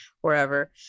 wherever